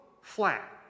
Flat